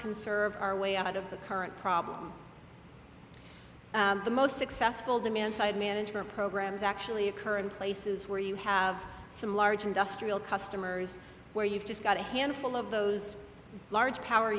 conserve our way out of the current problem the most successful demand side management programs actually occur in places where you have some large industrial customers where you've just got a handful of those large power